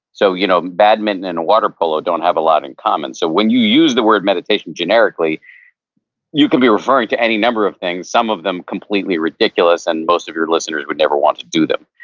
so you know bad mitten, and water polo don't have a lot in common, so when you use the word meditation generically you could be referring to any number of things, some of them completely ridiculous, and most of your listeners would never want to do them.